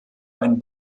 ein